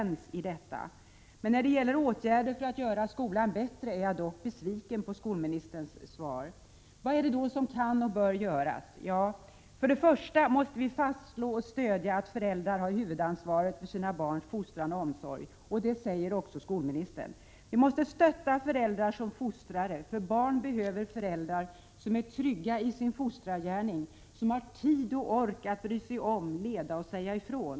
Några åtgärder för att göra skolan bättre föreslår han dock inte i sitt svar, och det gör mig besviken. Vad är det då som kan och bör göras? För det första: Vi måste slå fast att föräldrar har huvudansvaret för sina barns fostran och omsorg. Detta säger också skolministern. Vi måste stötta föräldrar som fostrare. Barn behöver föräldrar som är trygga i sin fostrargärning, som har tid och ork att bry sig om, att leda och säga ifrån.